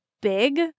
big